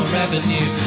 revenue